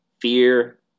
Fear